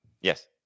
Yes